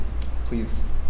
please